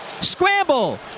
Scramble